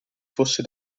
fosse